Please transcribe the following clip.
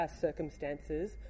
circumstances